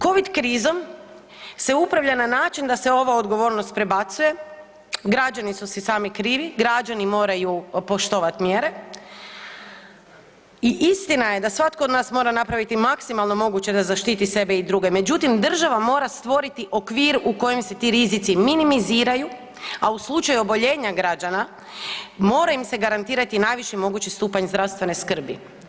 Covid krizom se upravlja na način da se ova odgovornost prebacuje, građani su si sami krivi, građani moraju poštovati mjere i istina je da svatko od nas mora napraviti maksimalno moguće da zaštitit sebe i druge, međutim, država mora stvoriti okvir u kojem se ti rizici minimiziraju, a u slučaju oboljenja građana, mora im se garantirati najviši mogući stupanj zdravstvene skrbi.